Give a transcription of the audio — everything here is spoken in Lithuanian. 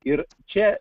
ir čia